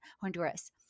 Honduras